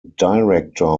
director